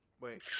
Wait